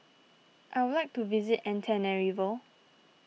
I would like to visit Antananarivo